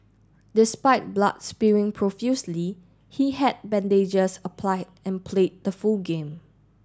despite blood spewing profusely he had bandages applied and played the full game